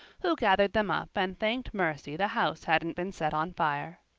who gathered them up and thanked mercy the house hadn't been set on fire.